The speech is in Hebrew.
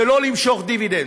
ולא למשוך דיבידנד.